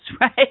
right